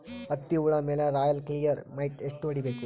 ಹತ್ತಿ ಹುಳ ಮೇಲೆ ರಾಯಲ್ ಕ್ಲಿಯರ್ ಮೈಟ್ ಎಷ್ಟ ಹೊಡಿಬೇಕು?